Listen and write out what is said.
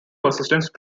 persistence